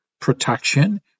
protection